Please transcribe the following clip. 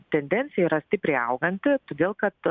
tendencija yra stipriai auganti todėl kad